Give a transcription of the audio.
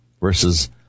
versus